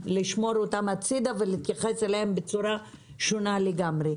לשמור אותם הצידה ולהתייחס אליהם בצורה שונה לגמרי.